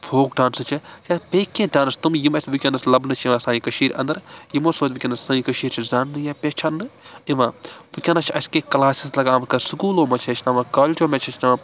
folk ڈانسہٕ چھِ یا بیٚیہِ کیٚنٛہہ ڈانٕس تِم یِم اسہِ وُنکٮ۪ن لَبنہٕ چھِ یِوان سانہِ کٔشیٖرِ اندر یِمو سۭتۍ وُنکٮ۪ن سٲنۍ کٔشیٖرِ چھِ زاننہٕ یا پہَچاننہٕ یِوان وُنکٮ۪ن چھِ اسہِ کیٚنٛہہ کلاسٕز لَگان سکوٗلو منٛز چھِ ہیٚچھناوان کالجو منٛز چھِ ہیٚچھناوان